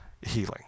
healing